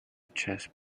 chest